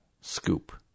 scoop